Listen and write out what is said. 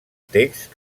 text